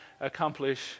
accomplish